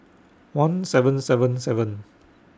one seven seven seven